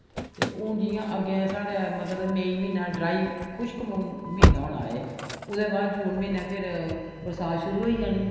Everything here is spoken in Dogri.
ते हून जि'यां अग्गें साढ़े मतलब मेई म्हीना ड्राई खुश्क म्हीना होना ऐ ओह्दे बाद जून म्हीनै फ्ही बरसांत शुरु होई जानी